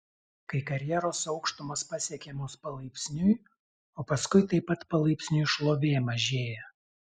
kai karjeros aukštumos pasiekiamos palaipsniui o paskui taip pat palaipsniui šlovė mažėja